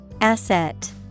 Asset